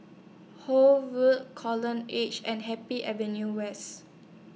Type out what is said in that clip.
Horne Wood Coral Edge and Happy Avenue West